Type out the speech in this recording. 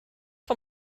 vom